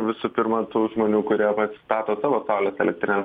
visų pirma tų žmonių kurie stato savo saules elektrines